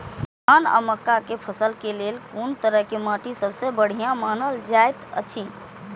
धान आ मक्का के फसल के लेल कुन तरह के माटी सबसे बढ़िया मानल जाऐत अछि?